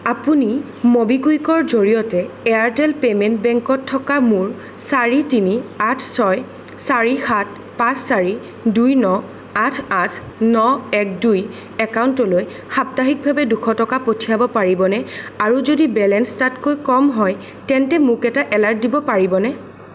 আপুনি ম'বিকুইকৰ জৰিয়তে এয়াৰটেল পেমেণ্ট বেংকত থকা মোৰ চাৰি তিনি আঠ ছয় চাৰি সাত পাঁচ চাৰি দুই ন আঠ আঠ ন এক দুই একাউণ্টলৈ সাপ্তাহিকভাৱে দুশ টকা পঠিয়াব পাৰিবনে আৰু যদি বেলেঞ্চ তাতকৈ কম হয় তেন্তে মোক এটা এলাৰ্ট দিব পাৰিবনে